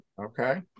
Okay